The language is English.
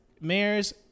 mayors